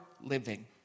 living